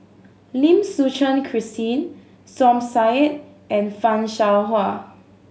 Lim Suchen Christine Som Said and Fan Shao Hua